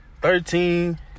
Thirteen